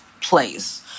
place